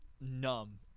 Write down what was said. numb